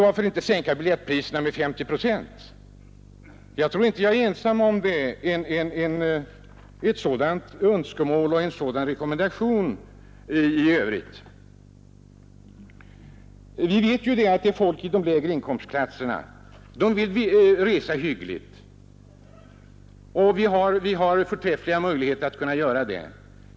Varför inte sänka biljettpriserna med 50 procent? Jag tror inte att jag är ensam om ett sådant önskemål och en sådan rekommendation i övrigt. Även personal inom SJ hyser en sådan uppfattning. Vi vet att folk i de lägre inkomstklasserna också vill resa hyggligt. Vi har förträffliga möjligheter att kunna göra det.